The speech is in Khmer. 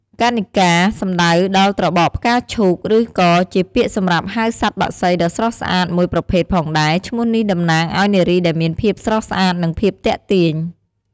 កន្និកា សំដៅដល់ត្របកផ្កាឈូក ឬក៏ជាពាក្យសម្រាប់ហៅសត្វបក្សីដ៏ស្រស់ស្អាតមួយប្រភេទផងដែរ ឈ្មោះនេះតំណាងឲ្យ នារីដែលមានភាពស្រស់ស្អាត និងភាពទាក់ទាញ។